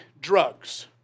drugs